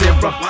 Zero